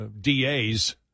DA's